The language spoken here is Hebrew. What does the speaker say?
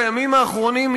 בימים האחרונים,